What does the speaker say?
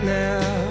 now